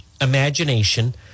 imagination